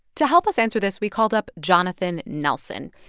to help us answer this, we called up jonathan nelson.